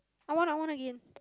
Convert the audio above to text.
I want I want again